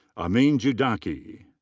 amin joodaky.